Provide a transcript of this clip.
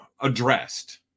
addressed